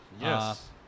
Yes